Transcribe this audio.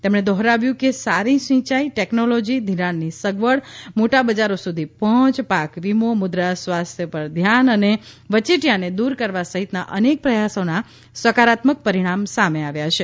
તેમણે દોહરાવ્યું કે સારી સિંચાઇ ટેકનોલોજી ધિરાણની સગવડ મોટા બજારો સુધી પહોંચ પાક વીમો મુદ્રા સ્વાસ્થ્ય પર ધ્યાન અને વચેટીયાને દૂર કરવા સહિતના અનેક પ્રયાસોના સકારાત્મક પરિણામ સામે આવ્યા છે